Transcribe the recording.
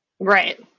Right